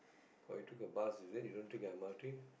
oh you took a bus is it you don't take the m_r_t